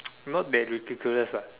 not that ridiculous lah